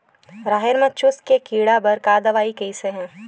राहेर म चुस्क के कीड़ा बर का दवाई कइसे ही?